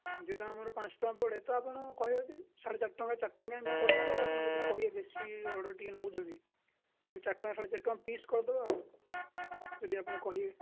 ଯେଟା ଆମର ପାଞ୍ଚ ଟଙ୍କା ପଡ଼େ ତ ଆପଣ କହିବେ ଯଦି ସାଢ଼େ ଚାରି ଟଙ୍କା ଚାରି ଟଙ୍କା ଏମିତି କରିଦେବୁ ଆଉ ଆପଣ ଯଦି କହିବେ ବେଶୀ ଅର୍ଡର୍ ଟିକେ ନେଉଛନ୍ତି ତାହେଲେ ଚାରି ଟଙ୍କା ସାଢ଼େ ଚାରିଟଙ୍କା ପିସ୍ କରିଦେବା ଆଉ ଯଦି ଆପଣ କହିବେ